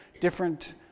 different